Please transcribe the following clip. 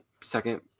second